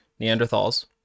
Neanderthals